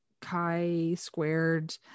chi-squared